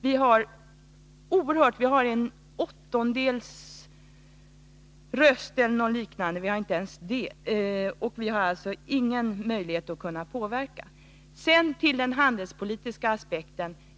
Vi har oerhört liten möjlighet att påverka -- vi har mindre än en åttondels röst. Sedan till den handelspolitiska aspekten.